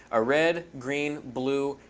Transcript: a red, green, blue,